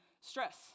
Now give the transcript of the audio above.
stress